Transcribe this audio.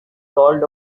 called